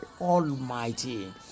Almighty